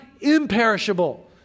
imperishable